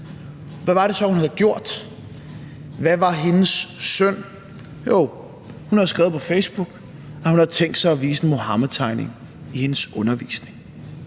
Hvad var det så, hun havde gjort? Hvad var hendes synd? Jo, hun har skrevet på Facebook, at hun havde tænkt sig at vise en Muhammedtegning i sin undervisning.